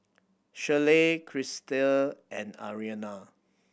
Schley Crystal and Ariana